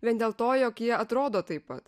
vien dėl to jog jie atrodo taip pat